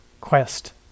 quest